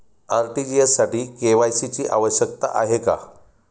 RTGS साठी KYC ची आवश्यकता आहे का?